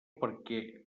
perquè